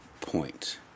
point